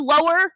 lower